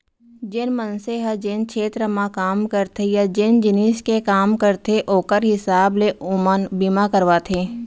जेन मनसे ह जेन छेत्र म काम करथे या जेन जिनिस के काम करथे ओकर हिसाब ले ओमन बीमा करवाथें